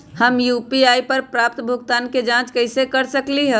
हम यू.पी.आई पर प्राप्त भुगतान के जाँच कैसे कर सकली ह?